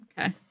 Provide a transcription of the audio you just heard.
Okay